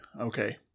Okay